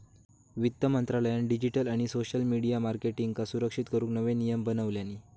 वित्त मंत्रालयान डिजीटल आणि सोशल मिडीया मार्केटींगका सुरक्षित करूक नवे नियम बनवल्यानी